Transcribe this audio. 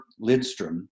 Lidstrom